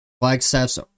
Flagstaff's